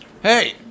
Hey